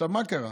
עכשיו, מה קרה?